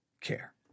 Care